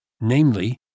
Namely